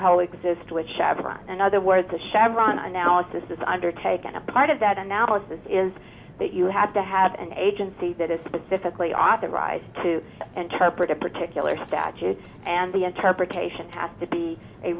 co exist whichever in other words the chevron analysis is undertaken a part of that analysis is that you have to have an agency that is specifically authorized to interpret a particular statute and the interpretation has to be a